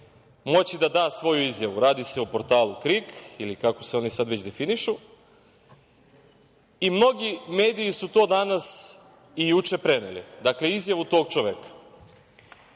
moći da da svoju izjavu. Radi se o portalu KRIK, ili kako se oni sad već definišu, i mnogi mediji su to danas i juče preneli. Dakle, izjavu tog